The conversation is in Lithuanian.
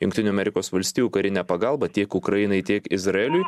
jungtinių amerikos valstijų karinę pagalbą tiek ukrainai tiek izraeliui